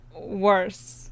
worse